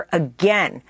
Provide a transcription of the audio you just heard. again